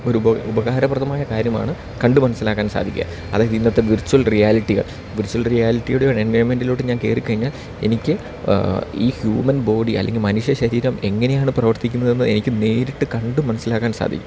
ഒരു ഉപകാരപ്രദമായ കാര്യമാണ് കണ്ട് മനസ്സിലാക്കാൻ സാധിക്കുക അതായത് ഇന്നത്തെ വിർച്വൽ റിയാലിറ്റികൾ വിർച്വൽ റിയാലിറ്റിയുടെ ഒരു എൻവിറോയമെൻറ്റിലോട്ട് ഞാൻ കയറിക്കഴിഞ്ഞാൽ എനിക്ക് ഈ ഹ്യൂമൻ ബോഡി അല്ലെങ്കിൽ മനുഷ്യ ശരീരം എങ്ങനെയാണ് പ്രവർത്തിക്കുന്നതെന്ന് എനിക്ക് നേരിട്ട് കണ്ട് മനസ്സിലാക്കാൻ സാധിക്കും